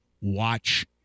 watch